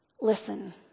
listen